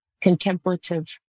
contemplative